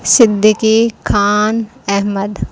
Siddiqui Khan Ahmad